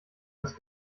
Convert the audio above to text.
das